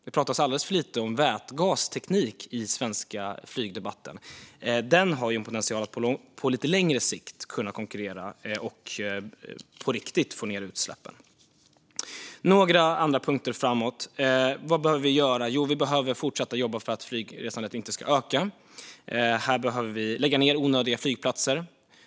Det pratas alldeles för lite om vätgasteknik i den svenska flygdebatten, men den har potential att på lite längre sikt kunna konkurrera och på riktigt få ned utsläppen. Några andra punkter framåt: Vad behöver vi göra? Jo, vi behöver fortsätta jobba för att flygresandet inte ska öka. Vi behöver lägga ned onödiga flygplatser.